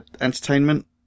entertainment